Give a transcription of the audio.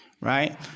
right